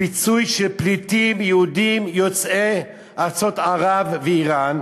לפיצוי של פליטים יהודים יוצאי ארצות ערב ואיראן,